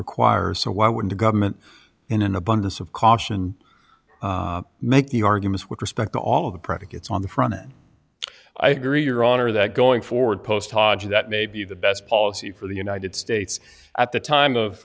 requires so why would the government in an abundance of caution make the arguments with respect to all of the predicates on the front i agree your honor that going forward postage that may be the best policy for the united states at the time of